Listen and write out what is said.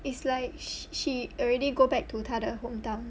it's like she already go back to 他的 hometown